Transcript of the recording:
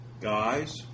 guys